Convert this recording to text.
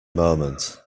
moment